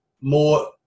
more